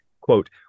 Quote